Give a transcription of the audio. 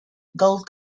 gold